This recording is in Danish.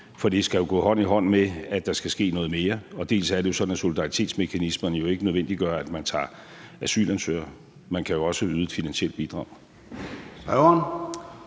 for det skal jo gå hånd i hånd med, at der skal ske noget mere. Og det er jo sådan, at solidaritsmekanismen ikke nødvendiggør, at man tager asylansøgere; man kan også yde et finansielt bidrag.